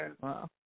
Wow